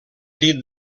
dit